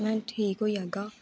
में ठीक होई जाह्गा